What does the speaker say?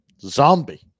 Zombie